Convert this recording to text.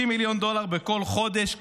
30 מיליון דולר בכל חודש,